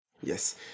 yes